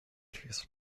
ladies